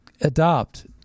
adopt